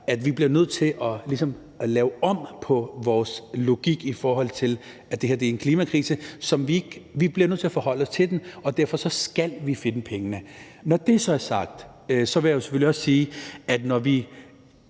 at vi bliver nødt til ligesom at lave om på vores logik, i forhold til at det her er en klimakrise. Vi bliver nødt til at forholde os til den, og derfor skal vi finde pengene. Når det så er sagt, vil jeg selvfølgelig også sige, at når vi